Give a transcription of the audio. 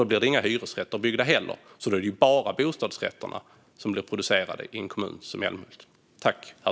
Då blir inga hyresrätter byggda utan bara bostadsrätter.